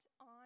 on